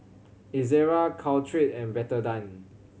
Ezerra Caltrate and Betadine